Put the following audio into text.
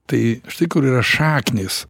tai štai kur yra šaknys